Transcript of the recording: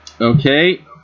Okay